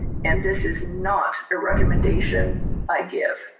and this is not a recommendation i give.